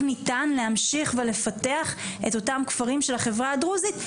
ניתן להמשיך ולפתח את אותם כפרים של החברה הדרוזית.